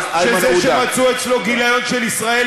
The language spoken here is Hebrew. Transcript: מורים ושמצב הכיתות שלנו יהיה כזה,